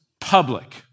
public